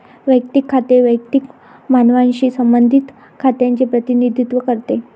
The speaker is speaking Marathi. वैयक्तिक खाते वैयक्तिक मानवांशी संबंधित खात्यांचे प्रतिनिधित्व करते